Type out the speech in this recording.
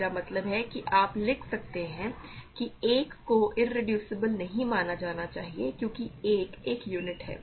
मेरा मतलब है कि आप लिख सकते हैं कि 1 को इरेड्यूसेबल नहीं माना जाना चाहिए क्योंकि 1 एक यूनिट है